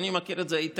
אדוני מכיר את זה היטב,